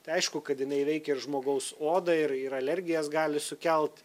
tai aišku kad jinai veikia ir žmogaus odą ir ir alergijas gali sukelt